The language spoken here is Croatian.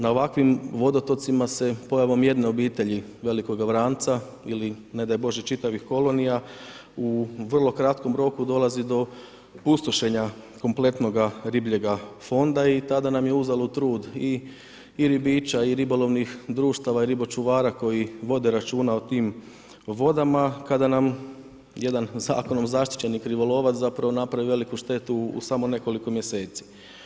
Na ovakvim vodotocima se pojavom jedne obitelji velikog vranca ili ne daj Bože, čitavih kolonija, u vrlo kratkom roku dolazi do pustošenja kompletnoga ribljega fonda i tada nam je uzalud trud i ribiča i ribolovnih društava i ribo čuvara koji vode računa o tim vodama kada nam jedan zakonom zaštićeni krivolovac zapravo napravi veliki štetu u samo nekoliko mjeseci.